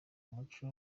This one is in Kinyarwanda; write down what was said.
umuco